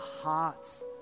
hearts